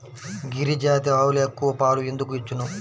గిరిజాతి ఆవులు ఎక్కువ పాలు ఎందుకు ఇచ్చును?